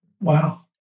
Wow